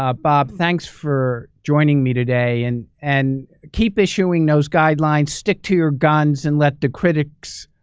ah bob, thanks for joining me today and and keep issuing those guidelines, stick to your guns, and let the critics,